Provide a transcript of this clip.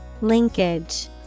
Linkage